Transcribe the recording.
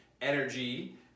energy